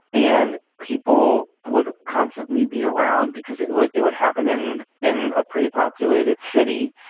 and people would constantly be around because it would it would happen in in a pretty populated city.